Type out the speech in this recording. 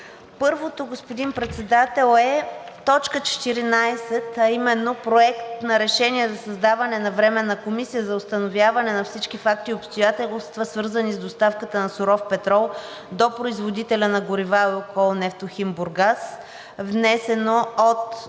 Първото, господин Председател, е т. 14, а именно: „Проект на решение за създаване на Временна комисия за установяване на всички факти и обстоятелства, свързани с доставката на суров петрол до производителя на горива „Лукойл Нефтохим Бургас“ АД“, внесен от